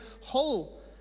whole